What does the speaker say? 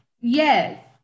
yes